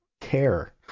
care